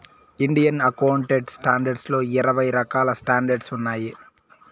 Indian accounting standards లో ఇరవై రకాల స్టాండర్డ్స్ ఉన్నాయి